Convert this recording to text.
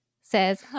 says